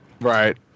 Right